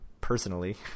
personally